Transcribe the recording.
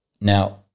Now